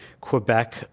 Quebec